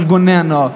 של ארגוני הנוער,